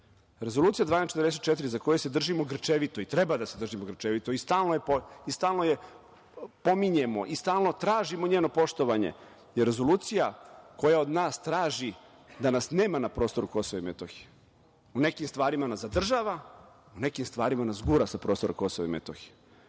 KiM.Rezolucija 1244, za koju se držimo grčevito i treba da se držimo grčevito i stalno je pominjemo i stalno tražimo njeno poštovanje, je rezolucija koja od nas traži da nas nema na prostoru KiM. U nekim stvarima nas zadržava, u nekim stvarima nas gura sa prostora KiM.